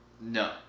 no